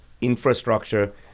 infrastructure